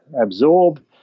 absorb